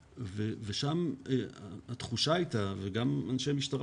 ושם התחושה הייתה וגם אנשי משטרה